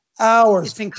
hours